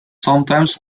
sometimes